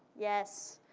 yes.